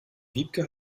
wiebke